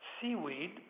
seaweed